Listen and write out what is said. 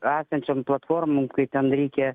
esančiom platformom kai ten reikia